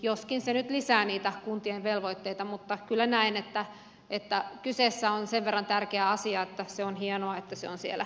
joskin se nyt lisää niitä kuntien velvoitteita niin kyllä näen että kyseessä on sen verran tärkeä asia että on hienoa että se on siellä